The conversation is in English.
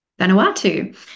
Vanuatu